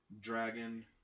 dragon